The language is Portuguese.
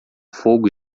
fogo